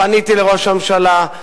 פניתי לראש הממשלה,